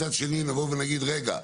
מצד שני נבוא ונגיד רגע,